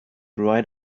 right